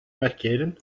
markeren